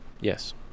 yes